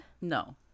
No